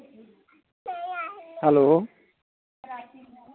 hello